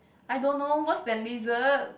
I don't know worse than lizard